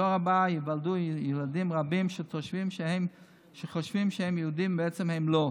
בדור הבא ייוולדו ילדים רבים שחושבים שהם יהודים ובעצם הם לא.